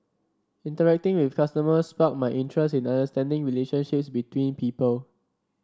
interacting with customers sparked my interest in understanding relationships between people